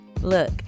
Look